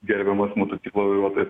gerbiamas motociklo vairuotojas